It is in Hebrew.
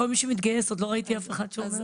מכל מי שמתגייס עוד לא ראיתי אף אחד שאומר את זה,